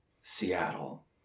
Seattle